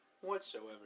whatsoever